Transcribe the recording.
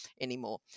anymore